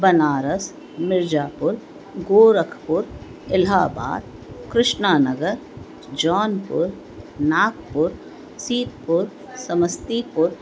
Banaras Mirzapur Gorakhpur Allahabad Krishnanagar Jaunpur Nagpur Sitapur Samastipur